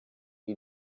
you